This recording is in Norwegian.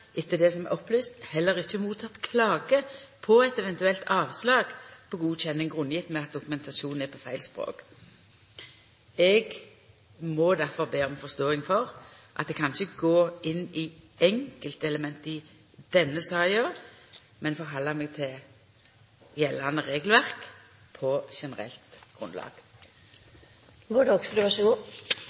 som er opplyst, heller ikkje motteke klage på eit eventuelt avslag på godkjenning grunngjeve med at dokumentasjonen er på feil språk. Eg må difor be om forståing for at eg ikkje kan gå inn i enkeltelement i denne saka, men halda meg til gjeldande regelverk på generelt grunnlag. Jeg vil takke statsråden for svaret. Jeg har i hvert fall avslaget her, og det